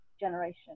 generation